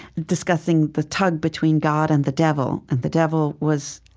discussing the tug between god and the devil. and the devil was,